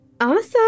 Awesome